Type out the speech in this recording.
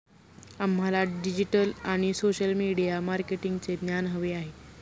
आम्हाला डिजिटल आणि social media मार्केटिंगचे ज्ञान हवे आहे